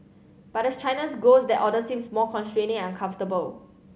but as China's grows that order seems more constraining and comfortable